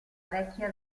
vecchia